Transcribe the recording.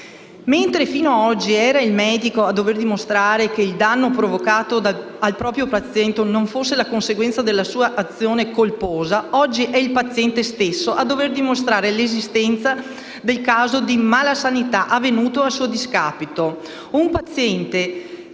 Mentre fino a oggi era il medico a dover dimostrare che il danno provocato al proprio paziente non fosse la conseguenza della sua azione colposa, oggi è il paziente stesso a dover dimostrare l'esistenza del caso di malasanità avvenuto a suo discapito,